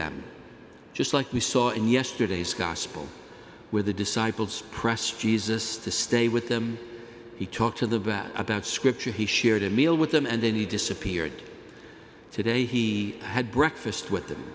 them just like we saw in yesterday's gospel with the disciples press jesus to stay with them he talked to the vet about scripture he shared a meal with them and then he disappeared today he had breakfast with them